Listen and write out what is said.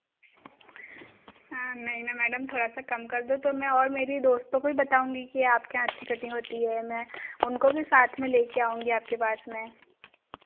हाँ नहीं मैडम थोड़ा सा कम कर दो तो मैं और मेरे दोस्तों को बताऊँगी की आप के यहाँ अच्छी कटिंग होती है मेम उनको भी साथ मे ले कर आऊँगी आप के पास मे ं